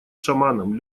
шаманам